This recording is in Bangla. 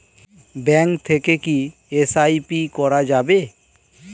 ব্যাঙ্ক থেকে কী এস.আই.পি করা যাবে?